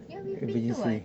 ya we have been to [what]